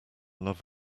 love